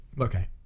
Okay